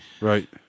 Right